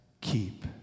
keep